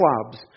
clubs